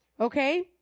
Okay